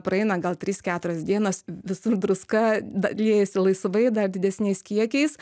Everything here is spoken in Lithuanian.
praeina gal trys keturios dienos visur druska da liejasi laisvai dar didesniais kiekiais